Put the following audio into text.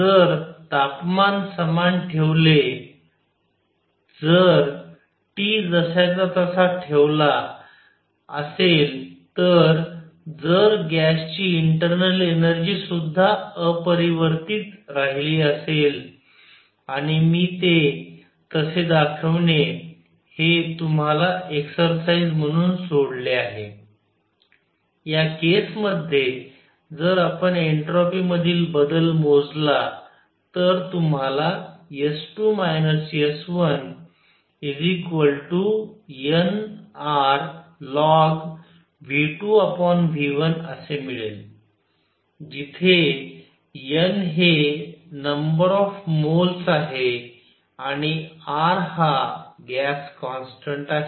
जर तापमान समान ठेवले जर T जसाच्या तसा ठेवला असेल तर जर गॅसची इंटर्नल एनर्जी सुद्धा अपरिवर्तित राहिली असेल आणि मी ते तसे दाखविणे हे तुम्हाला एक्सरसाइज म्हणून सोडले आहे या केस मध्ये जर आपण एन्ट्रॉपी मधील बदल मोजला तर तुम्हाला S2 S1 n R log⁡V2V1 असे मिळेल जिथे n हे नंबर ऑफ मोल्स आहे आणि R हा गॅस कॉन्स्टंट आहे